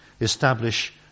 establish